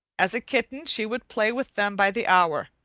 as a kitten, she would play with them by the hour,